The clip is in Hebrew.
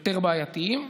יותר בעייתיים: